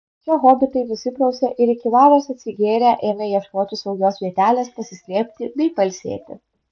čia hobitai nusiprausė ir iki valios atsigėrę ėmė ieškotis saugios vietelės pasislėpti bei pailsėti